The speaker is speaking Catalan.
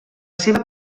seva